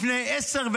לפני 10,